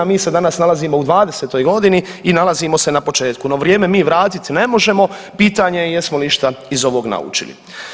Mi se danas nalazimo u dvadesetoj godini i nalazimo se na početku, no vrijeme mi vratit ne možemo, pitanje je jesmo li išta iz ovog naučili.